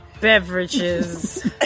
beverages